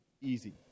easy